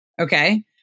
Okay